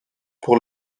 pour